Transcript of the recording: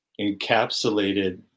encapsulated